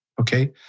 okay